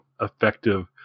effective